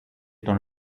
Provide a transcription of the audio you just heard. τον